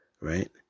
Right